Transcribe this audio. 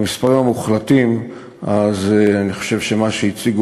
במספרים המוחלטים אני חושב שמה שהציגו